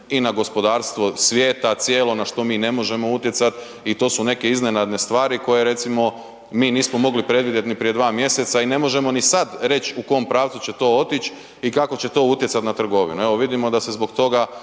i na gospodarstvo svijeta cijelo, na što mi ne možemo utjecat i to su neke iznenadne stvari koje recimo mi nismo mogli predvidjet ni prije dva mjeseca i ne možemo ni sad reć u kom pravcu će to otić i kako će to utjecat na trgovinu, evo vidimo da se zbog toga